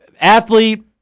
Athlete